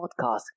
podcast